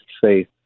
faith